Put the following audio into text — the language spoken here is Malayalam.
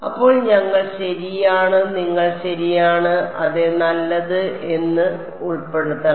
അപ്പോൾ ഞങ്ങൾ ശരിയാണ് നിങ്ങൾ ശരിയാണ് അതെ നല്ലത് എന്ന് ഉൾപ്പെടുത്തണം